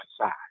side